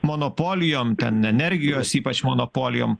monopolijom ten energijos ypač monopolijom